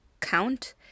count